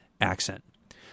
accent